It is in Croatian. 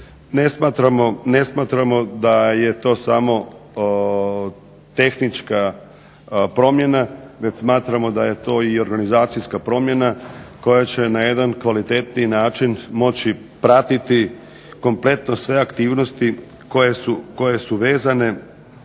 Ne smatramo da je to samo tehnička promjena već smatramo da je to i organizacijska promjena koja će na jedan kvalitetniji način moći pratiti kompletno sve aktivnosti koje su vezane